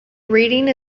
reading